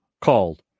called